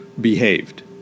behaved